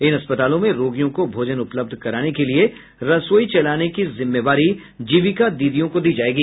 इन अस्पतालों में रोगियों को भोजन उपलब्ध कराने के लिए रसोई चलाने की जिम्मेवारी जीविका दीदियों को दी जायेगी